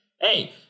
Hey